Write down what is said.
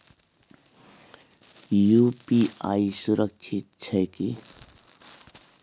UPI सुरक्षित छै की?